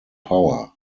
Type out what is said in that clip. power